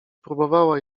próbowała